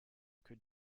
could